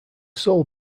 sole